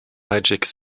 hijack